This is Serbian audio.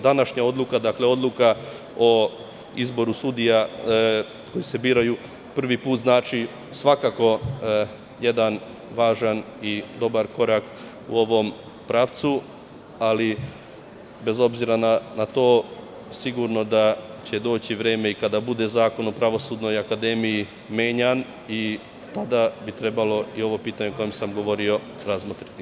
Današnja odluka, dakle, odluka o izboru sudija koji se biraju prvi put znači svakako jedan važan i dobar korak u ovom pravcu, ali bez obzira na to, sigurno je da će doći vreme i kada bude Zakon o Pravosudnoj akademiji menjan i tada bi trebalo i ovo pitanje o kojem sam govorio razmotriti.